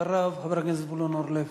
אחריו, חבר הכנסת זבולון אורלב.